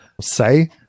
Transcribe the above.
say